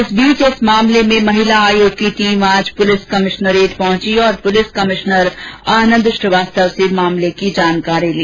इस बीच इस मामले में महिला आयोग की टीम आज पुलिस कमिश्नरेट पहुंची और पुलिस कमिश्नर आनंद श्रीवास्तव से मामले की जानकारी ली